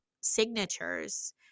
signatures